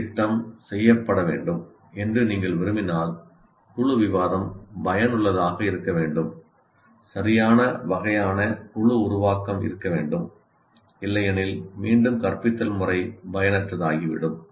குழு திட்டம் செய்யப்பட வேண்டும் என்று நீங்கள் விரும்பினால் குழு விவாதம் பயனுள்ளதாக இருக்க வேண்டும் சரியான வகையான குழு உருவாக்கம் இருக்க வேண்டும் இல்லையெனில் மீண்டும் கற்பித்தல் முறை பயனற்றதாகிவிடும்